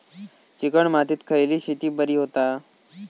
Chicken मातीत खयली शेती बरी होता?